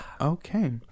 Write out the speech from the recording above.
okay